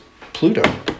Pluto